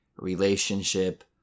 relationship